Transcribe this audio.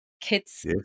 kids